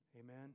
Amen